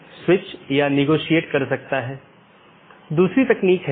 यह एक प्रकार की नीति है कि मैं अनुमति नहीं दूंगा